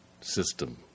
system